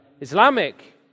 Islamic